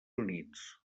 units